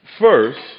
First